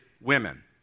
women